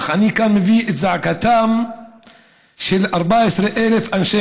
אך אני כאן מביא את זעקתם של 14,000 אנשי